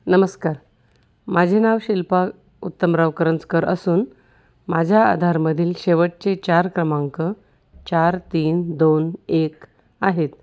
नमस्कार माझे नाव शिल्पा उत्तमराव करंजकर असून माझ्या आधारमधील शेवटचे चार क्रमांक चार तीन दोन एक आहेत